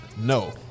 No